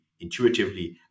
intuitively